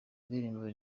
ndirimbo